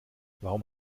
warum